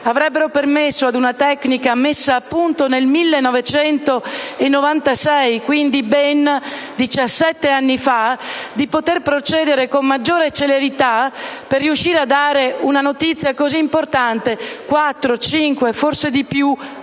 sarebbe permesso ad una tecnica messa a punto nel 1996 - quindi ben 17 anni fa - di procedere con maggiore celerità per riuscire a dare una notizia così importante 4-5 e forse più